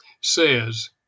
says